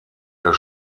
der